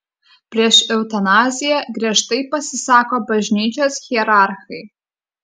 prieš eutanaziją giežtai pasisako bažnyčios hierarchai